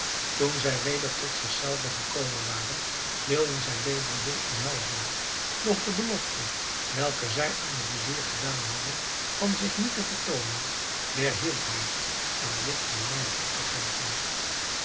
toen zij weder tot zich zelve gekomen waren wilden zij bedreddin omhelzen doch de belofte welke zij aan den vizier gedaan hadden van zich niet te vertoonen weerhield haar aan dit verlangen toe te geven